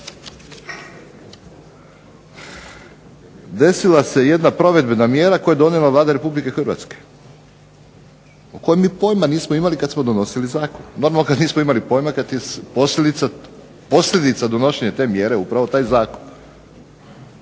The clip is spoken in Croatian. Desila se jedna provedbena mjera koju je donijela Vlada Republike Hrvatske, o kojoj mi pojma nismo imali kad smo donosili zakon, normalno kad nismo imali pojma kad je posljedica donošenja te mjere upravo taj zakon,